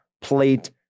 plate